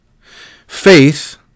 Faith